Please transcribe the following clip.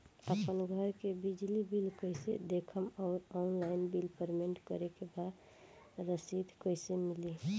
आपन घर के बिजली बिल कईसे देखम् और ऑनलाइन बिल पेमेंट करे के बाद रसीद कईसे मिली?